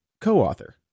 co-author